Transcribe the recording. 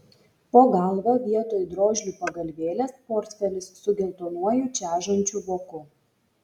po galva vietoj drožlių pagalvėlės portfelis su geltonuoju čežančiu voku